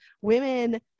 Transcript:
women